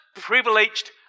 privileged